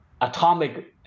atomic